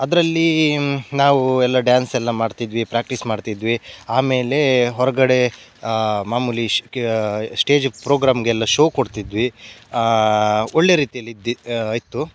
ಅದರಲ್ಲಿ ನಾವು ಎಲ್ಲ ಡ್ಯಾನ್ಸೆಲ್ಲ ಮಾಡ್ತಿದ್ವಿ ಪ್ರಾಕ್ಟೀಸ್ ಮಾಡ್ತಿದ್ವಿ ಆಮೇಲೆ ಹೊರಗಡೆ ಮಾಮೂಲಿ ಶ್ ಸ್ಟೇಜು ಪ್ರೋಗ್ರಾಮ್ಗೆಲ್ಲ ಶೋ ಕೊಡ್ತಿದ್ವಿ ಒಳ್ಳೆಯ ರೀತೀಲ್ಲಿ ಇದ್ವಿ ಇತ್ತು